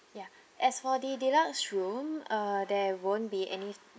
ya as for the deluxe room uh there won't be any